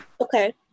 okay